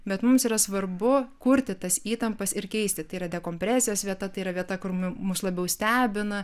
bet mums yra svarbu kurti tas įtampas ir keisti tai yra dekompresijos vieta tai yra vieta kur nu mus labiau stebina